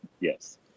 yes